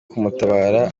kumutabara